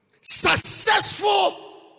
successful